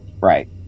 Right